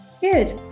Good